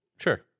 sure